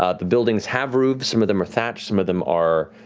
ah the buildings have roofs, some of them are thatch, some of them are